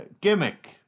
gimmick